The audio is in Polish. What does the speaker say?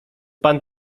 pan